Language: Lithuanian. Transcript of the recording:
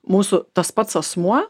mūsų tas pats asmuo